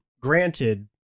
granted